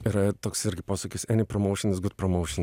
yra toks irgi posakis any promotion is good promotion